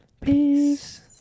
peace